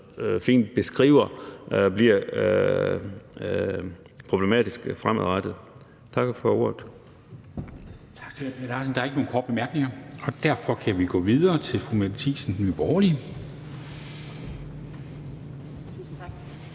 fint beskriver bliver problematiske fremadrettet. Jeg takker for ordet.